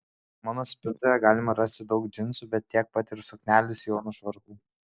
mano spintoje galime rasti daug džinsų bet tiek pat ir suknelių sijonų švarkų